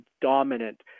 dominant